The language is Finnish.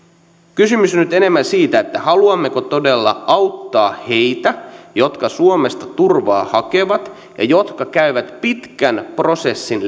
kysymys on nyt enemmän siitä haluammeko todella auttaa heitä jotka suomesta turvaa hakevat ja jotka käyvät läpi pitkän prosessin